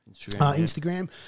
Instagram